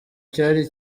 cyari